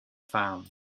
found